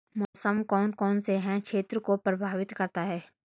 मौसम कौन कौन से क्षेत्रों को प्रभावित करता है?